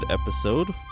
episode